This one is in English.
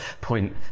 point